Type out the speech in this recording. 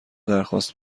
درخواست